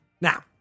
Now